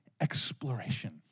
exploration